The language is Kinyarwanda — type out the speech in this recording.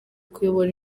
kuyobora